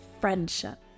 friendship